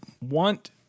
want